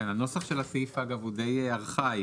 הנוסח של הסעיף אגם הוא די ארכאי.